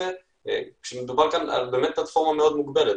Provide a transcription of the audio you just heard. מדובר על פלטפורמה מאוד מוגבלת,